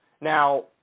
Now